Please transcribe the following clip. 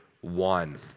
one